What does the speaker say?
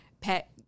pet